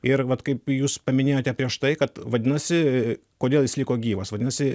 ir vat kaip jūs paminėjote prieš tai kad vadinasi kodėl jis liko gyvas vadinasi